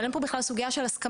אבל אין פה בכלל סוגיה של הסכמה,